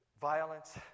violence